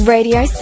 Radio